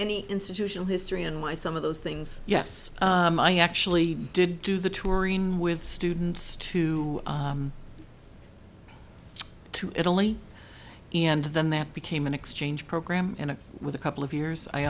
any institutional history and why some of those things yes i actually did do the tureen with students to to italy and then that became an exchange program and with a couple of years i